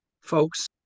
folks